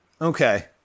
Okay